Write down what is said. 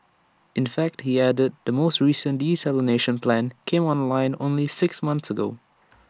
in fact he added the most recent desalination plant came online only six months ago